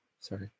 sorry